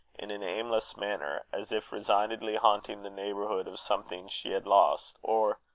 in an aimless manner, as if resignedly haunting the neighbourhood of something she had lost, or,